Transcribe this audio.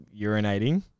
urinating